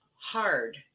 hard